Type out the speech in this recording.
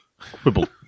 Quibble